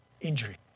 injury